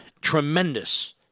tremendous